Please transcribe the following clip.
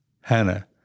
Hannah